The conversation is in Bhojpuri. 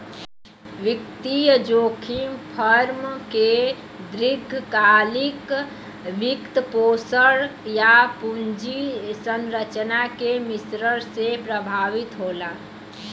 वित्तीय जोखिम फर्म के दीर्घकालिक वित्तपोषण, या पूंजी संरचना के मिश्रण से प्रभावित होला